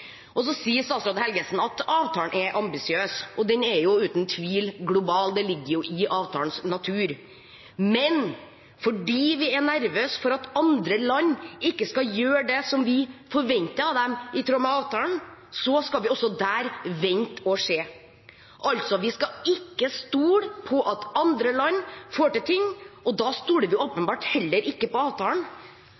på. Så sier statsråd Helgesen at avtalen er ambisiøs. Den er uten tvil global, det ligger i avtalens natur, men fordi vi er nervøse for at andre land ikke skal gjøre det som vi i tråd med avtalen forventer av dem, skal vi også der vente og se. Vi skal altså ikke stole på at andre land får til ting, og da stoler vi